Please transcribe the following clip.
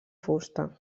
fusta